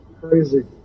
Crazy